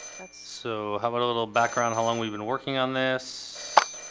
that's so how about a little background how long we've been working on this